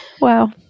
Wow